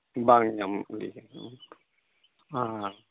ᱵᱟᱝ ᱧᱟᱢᱚᱜ